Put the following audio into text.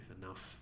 enough